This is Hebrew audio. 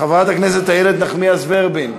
הכנסת איילת נחמיאס ורבין,